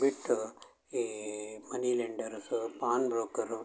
ಬಿಟ್ಟು ಈ money lenders pawn broker